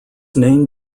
name